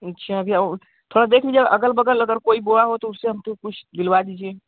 अच्छा भैया और थोड़ा देख लीजिएगा अगल बगल अगर कोई बोया हो तो उससे हमको कुछ दिलवा दीजिए